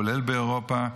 כולל באירופה,